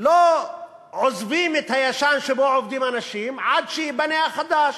לא עוזבים את הישן שבו עובדים אנשים עד שייבנה החדש.